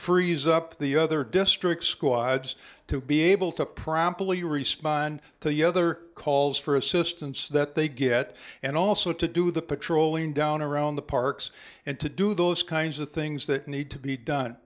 frees up the other district squads to be able to promptly respond to the other calls for assistance that they get and also to do the patrolling down around the parks and to do those kinds of things that need to be done